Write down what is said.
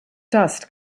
dust